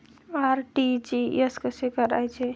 RTGS कसे करायचे?